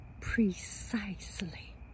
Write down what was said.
precisely